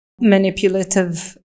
manipulative